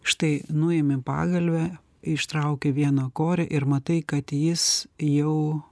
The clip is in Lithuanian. štai nuėmėm pagalvę ištraukė vieną korį ir matai kad jis jau